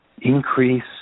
increase